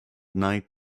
night